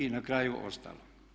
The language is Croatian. I na kraju ostalo.